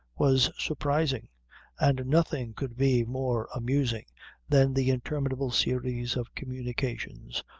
was surprising and nothing could be more amusing than the interminable series of communications,